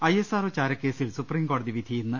ഐഎസ്ആർഭ് ചാരക്കേസിൽ സുപ്രീംകോടതി വിധി ഇന്ന്